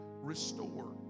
restore